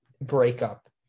breakup